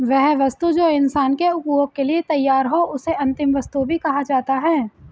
वह वस्तु जो इंसान के उपभोग के लिए तैयार हो उसे अंतिम वस्तु भी कहा जाता है